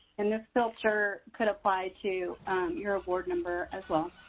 and this filter could apply to your award number as well.